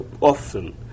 often